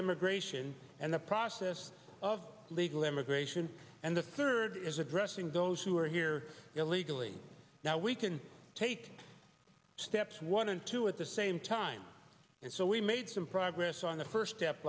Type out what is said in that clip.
immigration and the process of legal immigration and the third is addressing those who are here illegally now we can take steps one and two at the same time and so we made some progress on the first step